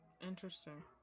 interesting